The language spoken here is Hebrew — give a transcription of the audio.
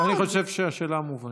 אני חושב שהשאלה מובנת.